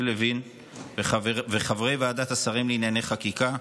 לוין ולחברי ועדת השרים לענייני חקיקה,